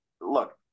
look